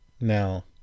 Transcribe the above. Now